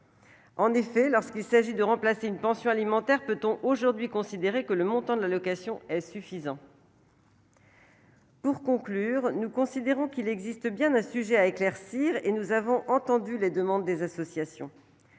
En effet, lorsqu'il s'agit de remplacer une pension alimentaire peut-on aujourd'hui considérer que le montant de l'allocation est suffisant. Pour conclure, nous considérons qu'il existe bien un sujet à éclaircir et nous avons entendu les demandes des associations